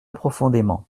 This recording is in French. profondément